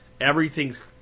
everything's